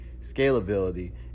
scalability